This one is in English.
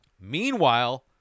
Meanwhile